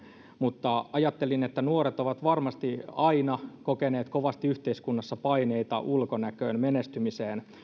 mutta ajattelen että nuoret ovat varmasti aina kokeneet kovasti yhteiskunnassa paineita ulkonäöstä tai menestymisestä